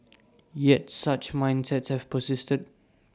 yet such mindsets have persisted